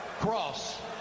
cross